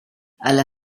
alla